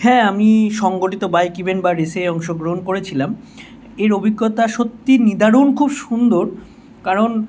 হ্যাঁ আমি সংগঠিত বাইক ইভেন্ট বা রেসে অংশগ্রহণ করেছিলাম এর অভিজ্ঞতা সত্যিই নিদারুণ খুব সুন্দর কারণ